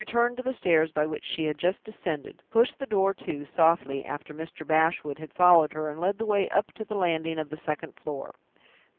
she returned to the stairs by which she had just descended, pushed the door to softly after mr. bashwood had followed her and led the way up to the landing of the second floor.